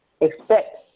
expect